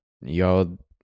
Y'all